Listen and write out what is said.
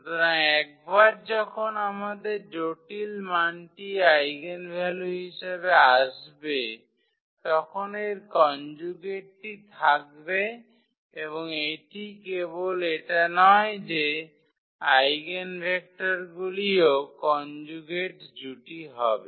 সুতরাং একবার যখন আমাদের জটিল মানটি আইগেনভ্যালু হিসাবে আসবে তখন এর কনজুগেটটি থাকবে এবং এটি কেবল এটা নয় যে আইগেনভেক্টরগুলিও কনজুগেট জুটি হবে